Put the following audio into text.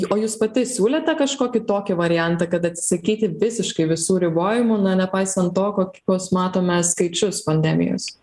o jūs pati siūlėt tą kažkokį tokį variantą kad atsisakyti visiškai visų ribojimų na nepaisant to kokius matome skaičius pandemijos